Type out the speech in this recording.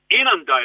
inundated